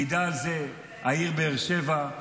מעידה על זה העיר באר שבע,